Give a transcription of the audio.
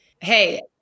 hey